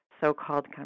so-called